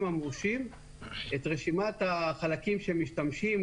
המורשים את רשימת החלקים שהם משתמשים בהם,